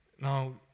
Now